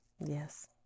yes